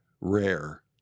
rare